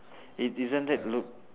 it isn't that look